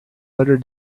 letter